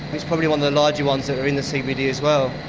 it's probably one of the larger ones that are in the cbd as well.